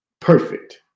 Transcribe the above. perfect